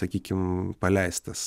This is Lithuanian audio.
sakykim paleistas